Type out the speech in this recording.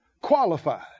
qualified